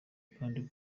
kandi